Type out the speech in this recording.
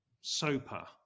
Soper